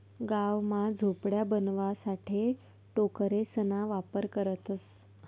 गाव मा झोपड्या बनवाणासाठे टोकरेसना वापर करतसं